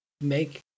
make